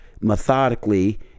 methodically